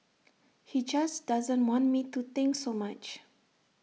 he just doesn't want me to think so much